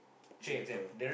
three paper